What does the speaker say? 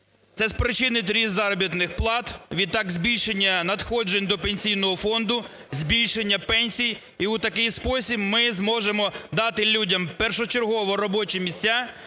Це спричинить ріст заробітних плат, відтак збільшення надходжень до Пенсійного фонду, збільшення пенсій. І у такий спосіб ми зможемо дати людям першочергово робочі місця,